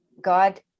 God